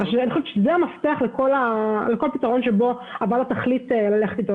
זה המפתח לכל פתרון שהוועדה תחליט ללכת בו.